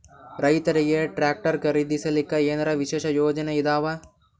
ರೈತರಿಗೆ ಟ್ರಾಕ್ಟರ್ ಖರೀದಿಸಲಿಕ್ಕ ಏನರ ವಿಶೇಷ ಯೋಜನೆ ಇದಾವ?